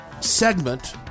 segment